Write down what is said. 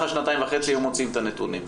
השנתיים וחצי היו מוצאים את הנתונים.